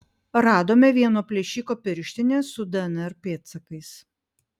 radome vieno plėšiko pirštines su dnr pėdsakais